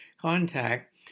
contact